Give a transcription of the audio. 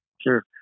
Sure